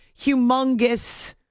humongous